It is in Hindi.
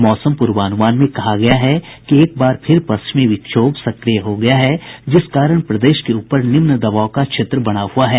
मौसम पूर्वानुमान में कहा गया है कि एक बार फिर पश्चिमी विक्षोभ सक्रिय हो गया है जिस कारण प्रदेश के ऊपर निम्न दबाव का क्षेत्र बना हुआ है